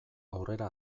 aurrera